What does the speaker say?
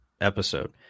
episode